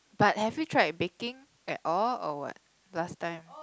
but have you tried baking at all or what last time